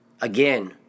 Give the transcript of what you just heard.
Again